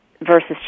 versus